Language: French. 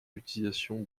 l’utilisation